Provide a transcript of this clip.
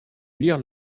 lire